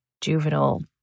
juvenile